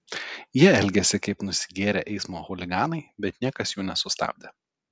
jie elgėsi kaip nusigėrę eismo chuliganai bet niekas jų nesustabdė